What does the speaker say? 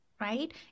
right